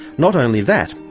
not only that,